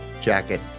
jacket